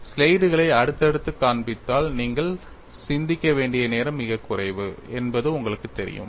ஸ்லைடுகளை அடுத்தடுத்து காண்பித்தால் நீங்கள் சிந்திக்க வேண்டிய நேரம் மிகக் குறைவு என்பது உங்களுக்குத் தெரியும்